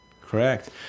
Correct